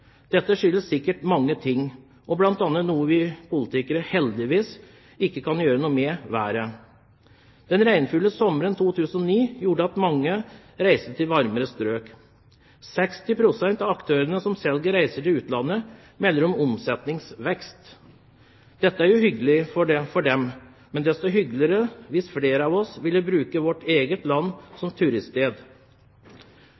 Dette skyldes sikkert mange ting, bl.a. noe vi politikere heldigvis ikke kan gjøre noe med: været. Den regnfulle sommeren 2009 gjorde at mange reiste til varmere strøk. 60 pst. av aktørene som selger reiser til utlandet, melder om omsetningsvekst. Dette er jo hyggelig for dem, men det ville vært hyggeligere hvis flere av oss ville brukt vårt eget land